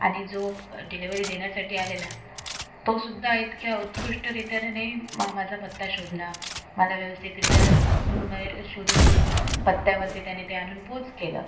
आणि जो डिलेवरी देण्यासाठी आलेला तोसुद्धा इतक्या उत्कृष्टरीत्या त्याने मा माझा पत्ता शोधला मला व्यवस्थितरीत्या शोधून तो पत्त्यावरती त्याने ते आणून पोच केलं